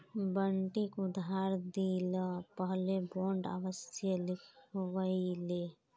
बंटिक उधार दि ल पहले बॉन्ड अवश्य लिखवइ ले